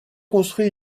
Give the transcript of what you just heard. construit